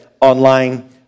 Online